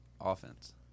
offense